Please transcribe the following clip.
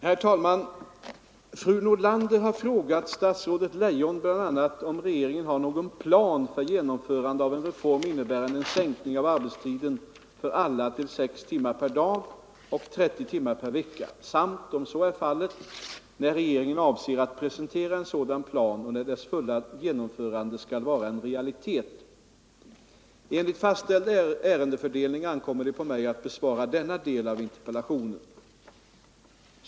Herr talman! Fru Nordlander har frågat statsrådet Leijon bl.a. om regeringen har någon plan för genomförande av en reform innebärande en sänkning av arbetstiden för alla till sex timmar per dag och 30 timmar per vecka, samt om så är fallet, när regeringen avser att presentera en sådan plan och när dess fulla genomförande skall vara en realitet. Enligt fastställd ärendefördelning ankommer det på mig att besvara denna del av interpellationen.